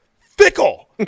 Fickle